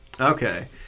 Okay